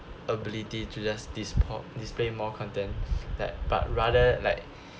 ability to just dispo~ display more content that but rather like